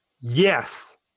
yes